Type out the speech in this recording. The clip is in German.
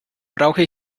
brauche